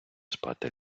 спати